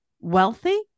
wealthy